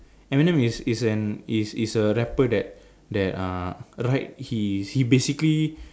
Eminem is is an is is a rapper that that uh write he he basically